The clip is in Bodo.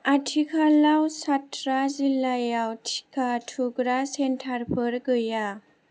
आथिखालाव चात्रा जिल्लायाव टिका थुग्रा सेन्टारफोर गैया